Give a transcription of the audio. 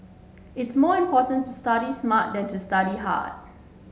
it is more important to study smart than to study hard